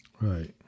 right